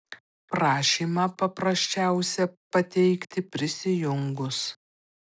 prašymą paprasčiausia pateikti prisijungus